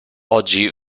oggi